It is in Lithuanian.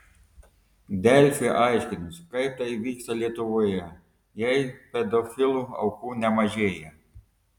delfi aiškinosi kaip tai vyksta lietuvoje jei pedofilų aukų nemažėja